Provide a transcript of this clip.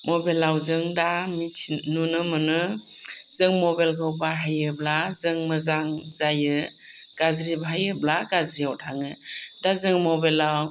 मबाइलआव जों दा मिथिनो नुनो मोनो जों मबाइलखौ बाहायोब्ला जों मोजां जायो गाज्रि बाहायोब्ला गाज्रिआव थाङो दा जों मबाइलआव